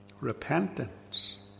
Repentance